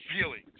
feelings